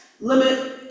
Limit